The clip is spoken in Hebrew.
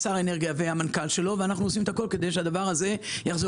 שר האנרגיה והמנכ"ל שלו ואנחנו עושים את הכול כדי שהדבר הזה יחזור.